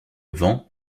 vent